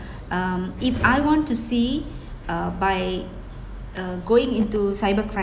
um if I want to see uh by uh going into cybercri~